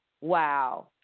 Wow